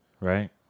right